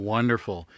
Wonderful